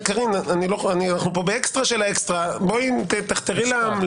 אנחנו פה באקסטרה של האקסטרה, תחתרי למגע.